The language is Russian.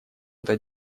это